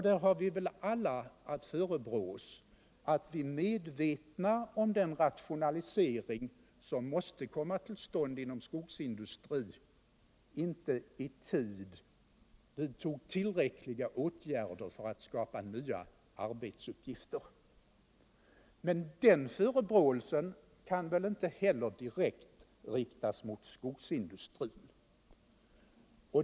Där har vi väl alla att förebrå oss att vi, trots medvetandet om den rationalisering som måste komma till stånd inom skogsindustrin, inte i tid vidtog tillräckliga åtgärder för att skapa nya arbetsuppgifter. Men inte heller den förebråelsen kan direkt riktas mot skogsindustrin.